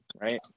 right